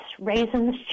raisins